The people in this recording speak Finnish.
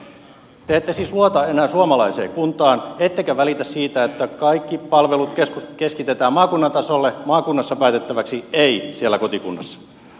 te ette siis luota enää suomalaiseen kuntaan ettekä välitä siitä että kaikki palvelut keskitetään maakunnan tasolle maakunnassa päätettäväksi ei siellä kotikunnassa